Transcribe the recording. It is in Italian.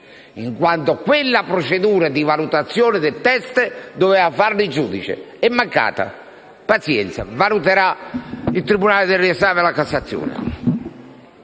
in quanto quella procedura di valutazione del teste doveva farla il giudice. È mancata: pazienza. Valuterà il tribunale del riesame della Cassazione.